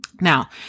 Now